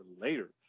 later